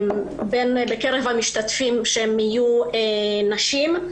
ש-70% מקרב המשתתפים יהיו נשים.